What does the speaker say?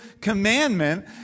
commandment